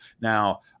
Now